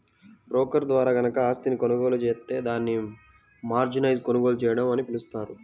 broker ద్వారా గనక ఆస్తిని కొనుగోలు జేత్తే దాన్ని మార్జిన్పై కొనుగోలు చేయడం అని పిలుస్తారు